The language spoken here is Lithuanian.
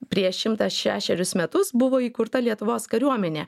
prieš šimtą šešerius metus buvo įkurta lietuvos kariuomenė